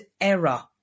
error